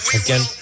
again